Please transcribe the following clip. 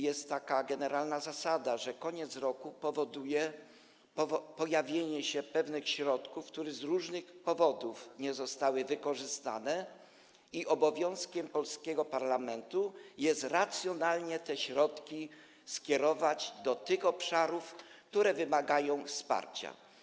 Jest taka generalna zasada, że koniec roku powoduje pojawienie się pewnych środków, które z różnych powodów nie zostały wykorzystane, i obowiązkiem polskiego parlamentu jest te środki racjonalnie skierować do tych obszarów, które wymagają wsparcia.